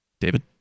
David